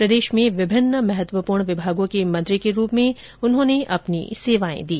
प्रदेश में विभिन्न महत्वपूर्ण विभागों के मंत्री के रूप में उन्होंने अपनी सेवाएं दी